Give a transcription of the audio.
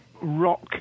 rock